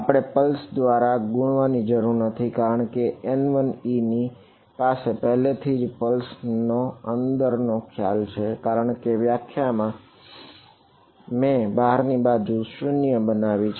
આપણે પલ્સ દ્વારા ગુણવાની જરૂર નથી કારણ કે N1e ની પાસે પહેલાથી જ પલ્સ નો ખ્યાલ અંદર છે જ કારણ કે વ્યાખ્યા દ્વારા મેં તેને બહારની બાજુ 0 બનાવી છે